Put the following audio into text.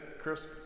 Chris